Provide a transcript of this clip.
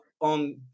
on